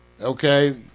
Okay